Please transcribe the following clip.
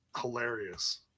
hilarious